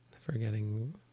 Forgetting